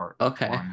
Okay